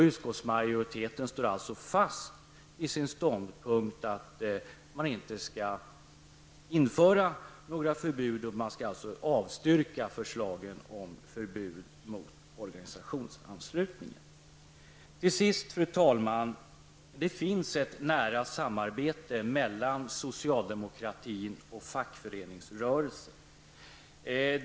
Utskottsmajoriteten står alltså fast vid sin ståndpunkt, att man inte skall införa några förbud, utan man skall avstyrka förslagen om förbud mot organisationsanslutningen. Fru talman! Det finns ett nära samarbete mellan socialdemokratin och fackföreningsrörelsen.